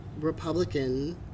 Republican